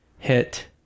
hit